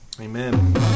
amen